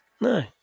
No